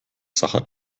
sacher